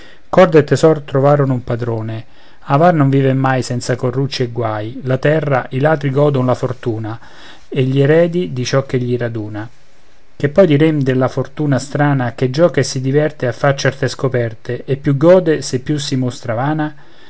e tesor trovarono un padrone avar non vive mai senza corrucci e guai la terra i ladri godon la fortuna e gli eredi di ciò ch'egli raduna che poi direm della fortuna strana che gioca e si diverte a far certe scoperte e più gode se più si mostra vana